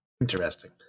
Interesting